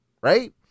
right